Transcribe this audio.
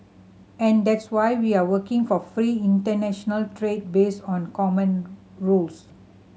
and that's why we are working for free international trade based on common rules